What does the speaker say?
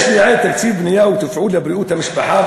יש לייעד תקציב בנייה ותפעול לבריאות המשפחה,